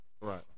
Right